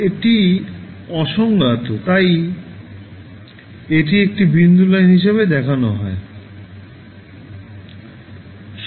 এটি অসংজ্ঞাত তাই এটি একটি বিন্দু লাইন হিসাবে দেখানো হয়